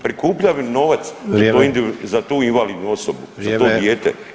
Prikupljani novac [[Upadica: Vrijeme.]] za tu invalidnu osobu, [[Upadica: Vrijeme.]] za to dijete.